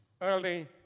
Early